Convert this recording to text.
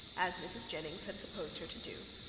as mrs. jennings had supposed her to do,